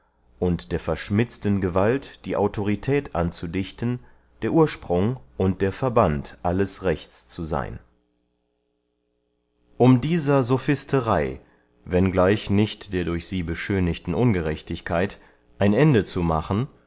und der verschmitzten gewalt die autorität anzudichten der ursprung und der verband alles rechts zu seyn um dieser sophisterey wenn gleich nicht der durch sie beschönigten ungerechtigkeit ein ende zu machen